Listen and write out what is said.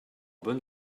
bonne